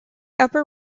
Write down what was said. upper